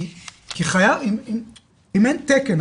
כי אם אין תקן,